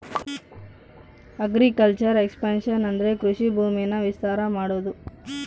agriculture expansion ಅಂದ್ರೆ ಕೃಷಿ ಭೂಮಿನ ವಿಸ್ತಾರ ಮಾಡೋದು